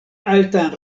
altan